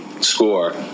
score